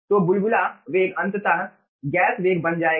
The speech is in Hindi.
तो बुलबुला वेग अंततः गैस वेग बन जाएगा